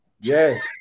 Yes